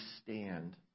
stand